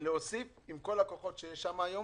מעלה רעיונות שעלו מולי.